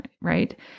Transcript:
right